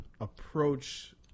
approach